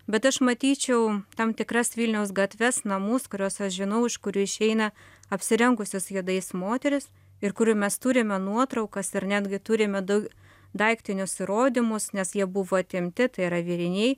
bet aš matyčiau tam tikras vilniaus gatves namus kuriuos aš žinau iš kurių išeina apsirengusios juodais moterys ir kurių mes turime nuotraukas ir netgi turime dau daiktinius įrodymus nes jie buvo atimti tai yra vėriniai